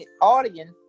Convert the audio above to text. audience